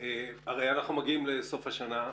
אנחנו מגיעים לסוף השנה.